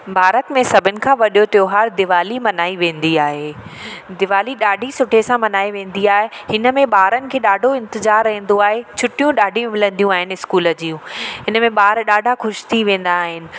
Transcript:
भारत में सभिनि खां वॾियो त्योहार दीवाली मल्हाई वेंदी आहे दीवाली ॾाढी सुठे सां मल्हाए वेंदी आहे हिन में ॿारनि खे ॾाढो इंतिज़ारु रहंदो आहे छुट्टियूं ॾाढियूं मिलंदियूं आहिनि स्कूल जूं इन में ॿार ॾाढा ख़ुशि थी वेंदा आहिनि